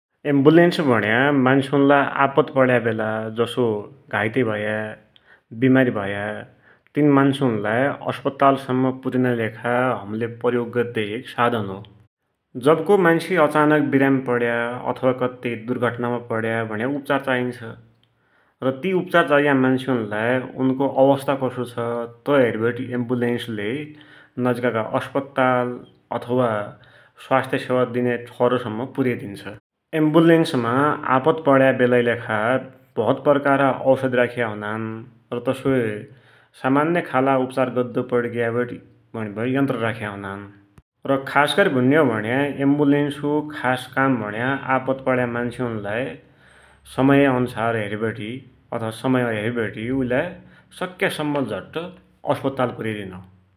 एम्वुलेन्स भुण्या मान्सुनलाई आफत पड्या वेला जसो घाइते भया, विमारी भया तिन मान्सुनलाई अस्पत्तालसम्म पुर्युनाकीलेखा हमले प्रयोग गद्या एक साधन हो । जब कोइ मान्सु अचानक विमारी पड्या, अथवा कत्ते दुर्धटनामा पड्या भुण्या उपचार चाहिन्छ । र ति उपचार चाइया मान्सुनलाई उनको अवस्था कसो छ, तै हेरिवटे एम्वुलेन्सले नजिकका अस्पत्ताल अथवा स्वास्थ्य सेवा दिन्या ठौरसम्म पुरेइदिन्छ । एम्वुलेन्समा आफत पड्याका बेलाकी लेखा भौत प्रकारका औसधि राख्या हुनान, तसोइ सामान्य खालका उपचार गर्दु पडिग्या भुणि यन्त्र राख्या हुनान् । र खास्सै भुण्यौभुणिग्या एम्वुलेन्स को खास काम भुण्या आपत पड्या मान्सुनलाई समय अन्सार हेरिवटि अथवा समय हेरिवटि उइलाइ सक्यासम्म झट्ट अस्पत्ताल पुरे दिन हो ।